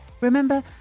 Remember